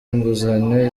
nguzanyo